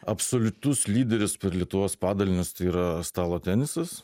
absoliutus lyderis per lietuvos padalinius tai yra stalo tenisas